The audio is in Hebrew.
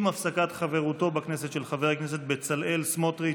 עם הפסקת חברותו בכנסת של חבר הכנסת בצלאל סמוטריץ'